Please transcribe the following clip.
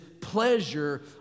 pleasure